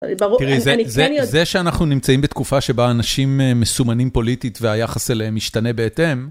זה שאנחנו נמצאים בתקופה שבה אנשים מסומנים פוליטית והיחס אליהם משתנה בהתאם.